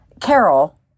Carol